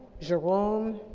jerome,